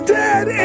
dead